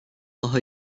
daha